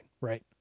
right